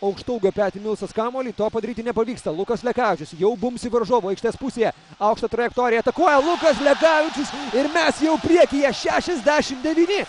aukštaūgio petį milsas kamuolį to padaryti nepavyksta lukas lekavičius jau bumbsi varžovų aikštės pusėje aukšta trajektorija atakuoja lukas lekavičius ir mes jau priekyje šešiasdešim devyni